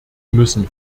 müssen